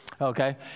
Okay